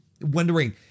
wondering